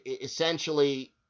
essentially